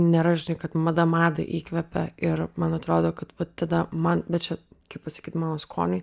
nėra žinai kad mada madą įkvepia ir man atrodo kad va tada man bet čia kaip pasakyt mano skoniui